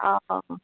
অঁ